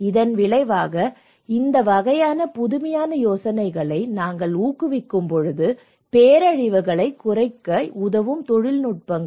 இதன் விளைவாக இந்த வகையான புதுமையான யோசனைகளை நாங்கள் ஊக்குவிக்கும்போது பேரழிவுகளைக் குறைக்க உதவும் தொழில்நுட்பங்கள்